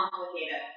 complicated